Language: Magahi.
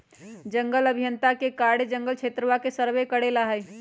जंगल अभियंता के कार्य जंगल क्षेत्रवा के सर्वे करे ला हई